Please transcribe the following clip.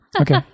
Okay